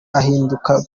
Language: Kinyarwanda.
ahinduka